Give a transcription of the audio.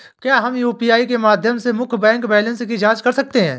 क्या हम यू.पी.आई के माध्यम से मुख्य बैंक बैलेंस की जाँच कर सकते हैं?